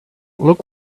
look